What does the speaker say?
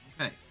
Okay